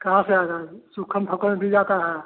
कहाँ से आता है सुख्खम आता है